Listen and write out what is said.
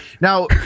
Now